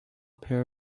pair